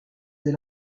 elle